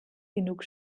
genug